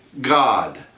God